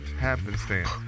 happenstance